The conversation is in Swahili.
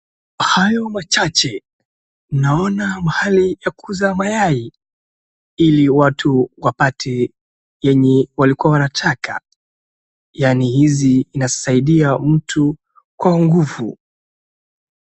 Kwa hayo machache naona mahali ya kuuza mayai ili watu wapate nyenye walikuwa wanataka yaani hizi inasaidia mtu kwa nguvu.